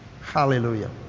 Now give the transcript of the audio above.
Hallelujah